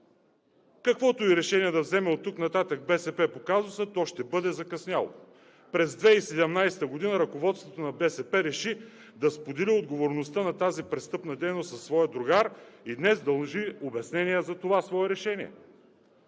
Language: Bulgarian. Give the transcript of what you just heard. Каквото и решение да вземе оттук нататък БСП по казуса, то ще бъде закъсняло. През 2017 г. ръководството на БСП реши да сподели отговорността на тази престъпна дейност със своя другар и днес дължи обяснение за това свое решение.